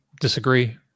disagree